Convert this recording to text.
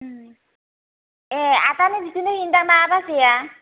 ओं ए आदानो बिदिनो मेयोदां ना बाजैआ